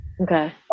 Okay